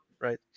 right